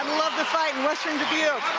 love the fight and western dubuque,